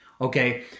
okay